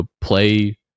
play